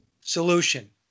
solution